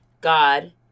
God